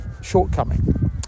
shortcoming